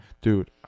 dude